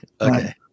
okay